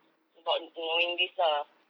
about knowing this lah